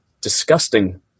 disgusting